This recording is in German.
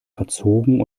verzogen